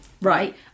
right